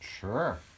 Sure